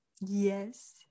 Yes